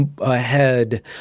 ahead